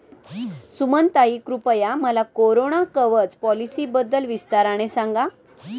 सुमनताई, कृपया मला कोरोना कवच पॉलिसीबद्दल विस्ताराने सांगा